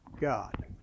God